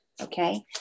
Okay